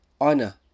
honor